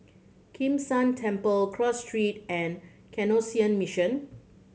Kim San Temple Cross Street and Canossian Mission